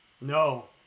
No